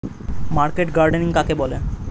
Market gardening কাকে বলে?